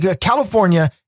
California